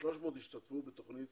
300 השתתפו בתוכנית